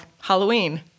Halloween